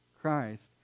Christ